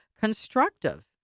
constructive